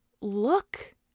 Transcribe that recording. look